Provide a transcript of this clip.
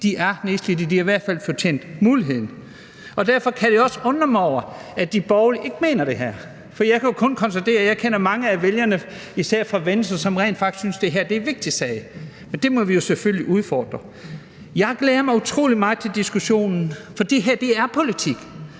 de er nedslidte, de har i hvert fald fortjent muligheden. Og derfor kan det også undre mig, at de borgerlige ikke mener det her. For jeg kan kun konstatere, at jeg kender mange vælgere, især i forhold til Venstre, som rent faktisk synes, det her er en vigtig sag. Men det må vi jo selvfølgelig udfordre. Jeg glæder mig utrolig meget til diskussionen, for det her er politik.